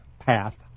Path